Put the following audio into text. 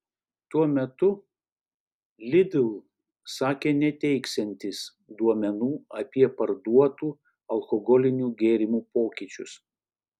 tuo metu lidl sakė neteiksiantys duomenų apie parduotų alkoholinių gėrimų pokyčius